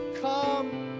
come